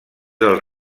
del